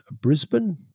Brisbane